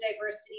diversity